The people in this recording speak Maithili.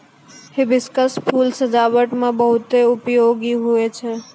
हिबिस्कुस फूल सजाबट मे बहुत उपयोगी हुवै छै